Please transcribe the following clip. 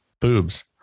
boobs